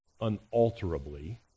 unalterably